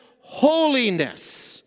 holiness